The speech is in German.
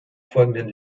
folgenden